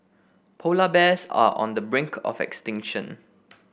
polar bears are on the brink of extinction